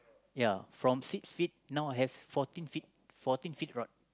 ya from six feet now I have fourteen feet fourteen feet rod